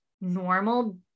normal